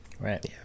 Right